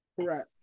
Correct